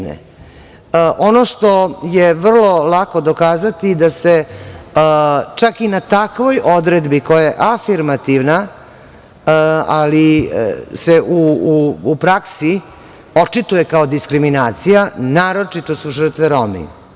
Ono što je vrlo lako dokazati jeste da se čak i na takvoj odredbi koja je afirmativna, ali se u praksi očituje kao diskriminacija naročito su žrtve Romi.